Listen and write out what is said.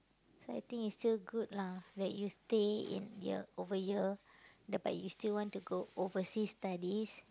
so I think it's still good lah that you stay in here over here d~ but you still want to go overseas studies